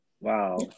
Wow